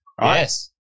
Yes